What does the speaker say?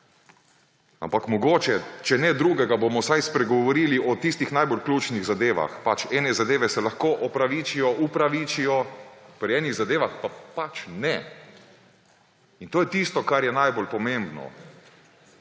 ampak mogoče, če ne drugega, bomo vsaj spregovorili o tistih najbolj ključnih zadevah. Pač ene zadeve se lahko opravičijo, upravičijo, pri enih zadevah pa pač ne. In to je tisto, kar je najbolj pomembno.